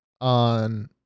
on